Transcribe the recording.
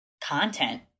content